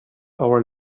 our